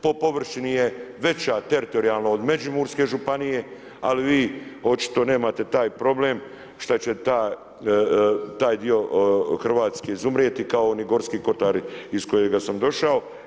Po površini je veća teritorijalno od Međimurske županije, ali vi očito nemate taj problem šta će taj dio Hrvatske izumrijeti kao ni Gorski kotar iz kojega sam došao.